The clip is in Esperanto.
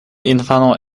infano